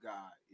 God